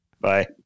Bye